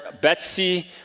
Betsy